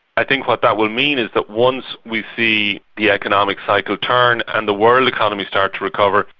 i think what that will mean is that once we see the economic cycle turn and the world economy start to recover,